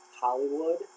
Hollywood